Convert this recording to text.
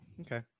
Okay